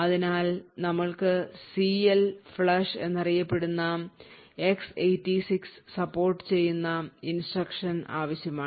അതിനാൽ ഞങ്ങൾക്ക് CLFLUSH എന്നറിയപ്പെടുന്ന X86 support ചെയ്യുന്ന ഇൻസ്ട്രക്ഷൻ ആവശ്യമാണ്